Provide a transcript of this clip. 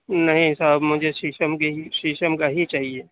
نہیں صاحب مجھے شیشم کی ہی شیشم کا ہی چاہیے